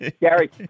Gary